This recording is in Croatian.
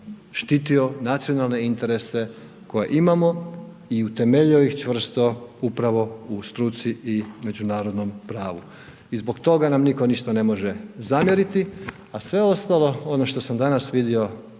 štitio nacionalne interese koje imamo i utemeljio ih čvrsto upravo u struci i međunarodnom pravu. I zbog toga nam nitko ništa ne može zamjeriti, a sve ostalo ono što sam danas vidio